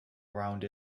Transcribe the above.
around